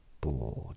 bored